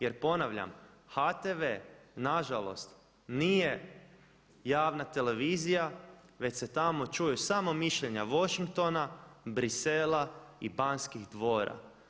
Jer ponavljam HTV nažalost nije javna televizija već se tamo čuju samo mišljenja Washingtona, Bisela i Banskih dvora.